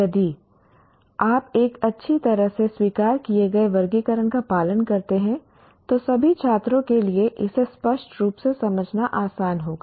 यदि आप एक अच्छी तरह से स्वीकार किए गए वर्गीकरण का पालन करते हैं तो सभी छात्रों के लिए इसे स्पष्ट रूप से समझना आसान होगा